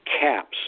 caps